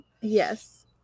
Yes